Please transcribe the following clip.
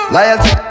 Loyalty